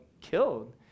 killed